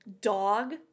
Dog